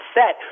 set